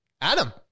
Adam